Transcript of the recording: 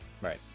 Right